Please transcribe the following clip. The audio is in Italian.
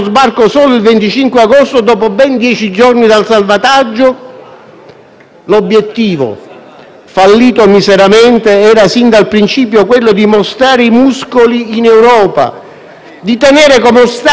fallito miseramente, era sin dal principio quello di mostrare i muscoli in Europa, di tenere come ostaggi i naufraghi per affermare la svolta politica in materia di gestione dei flussi migratori.